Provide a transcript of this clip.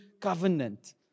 covenant